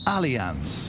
Alliance